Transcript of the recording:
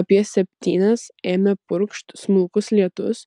apie septynias ėmė purkšt smulkus lietus